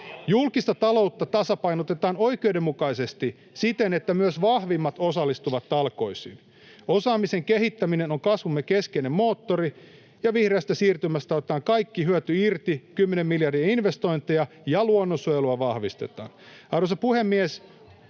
Julkista taloutta tasapainotetaan oikeudenmukaisesti siten, että myös vahvimmat osallistuvat talkoisiin. Osaamisen kehittäminen on kasvumme keskeinen moottori. Vihreästä siirtymästä otetaan kaikki hyöty irti kymmenien miljardien investointeina ja luonnonsuojelua vahvistetaan. Arvoisa puhemies!